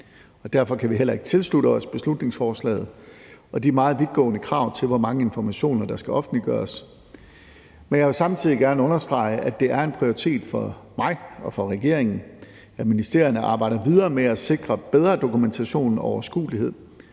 Derfor kan vi heller ikke tilslutte os beslutningsforslaget og de meget vidtgående krav til, hvor mange informationer der skal offentliggøres. Men jeg vil samtidig gerne understrege, at det er en prioritet for mig og for regeringen, at ministerierne arbejder videre med at sikre bedre dokumentation og overskuelighed,